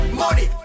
money